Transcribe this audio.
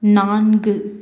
நான்கு